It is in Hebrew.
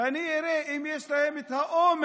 ואני אראה אם יש להם האומץ